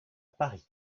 paris